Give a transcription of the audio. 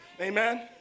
Amen